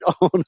on